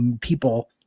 people